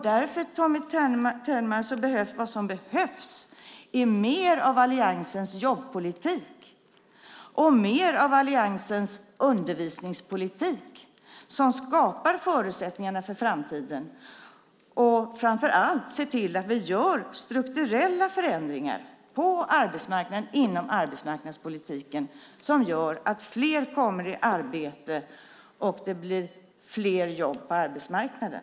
Därför är vad som behövs, Tommy Ternemar, mer av alliansens jobbpolitik och mer av alliansens undervisningspolitik, som skapar förutsättningarna för framtiden och framför allt ser till att vi gör strukturella förändringar på arbetsmarknaden inom arbetsmarknadspolitiken som leder till att fler kommer i arbete och att det blir fler jobb på arbetsmarknaden.